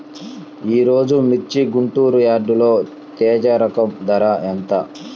ఈరోజు మిర్చి గుంటూరు యార్డులో తేజ రకం ధర ఎంత?